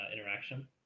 interaction